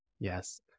Yes